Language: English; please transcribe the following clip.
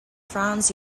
franz